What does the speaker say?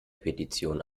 petition